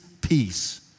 peace